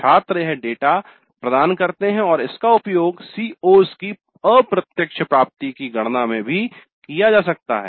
छात्र यह डेटा प्रदान करते हैं और इसका उपयोग CO's की अप्रत्यक्ष प्राप्ति की गणना में भी किया जा सकता है